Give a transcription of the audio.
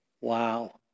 Wow